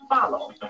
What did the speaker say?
follow